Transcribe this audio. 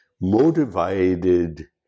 motivated